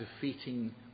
defeating